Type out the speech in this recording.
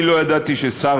אני לא ידעתי ששר,